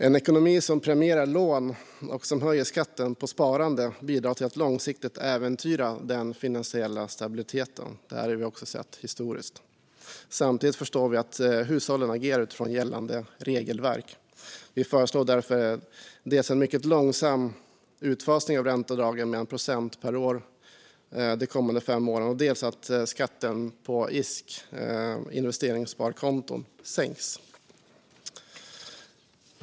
En ekonomi som premierar lån och som höjer skatten på sparande bidrar till att långsiktigt äventyra den finansiella stabiliteten. Det har vi också sett historiskt. Samtidigt förstår vi att hushållen agerar utifrån gällande regelverk. Vi föreslår därför dels en mycket långsam utfasning av ränteavdragen med 1 procent per år de kommande fem åren, dels att skatten på ISK, investeringssparkonton, sänks.